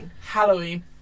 halloween